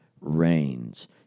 reigns